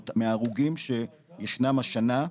מההרוגים שישנם השנה,